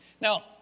Now